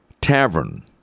Tavern